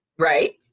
right